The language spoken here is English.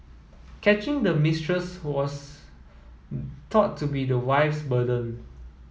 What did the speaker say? catching the mistress was thought to be the wife's burden